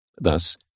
Thus